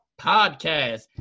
Podcast